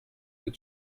you